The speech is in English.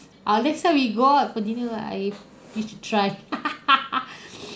ah next time we go out for dinner ah I wish to try